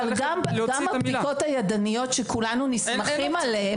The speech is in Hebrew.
גם הבדיקות הידניות שכולנו נסמכים עליהן